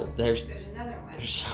there's another one.